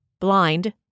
Blind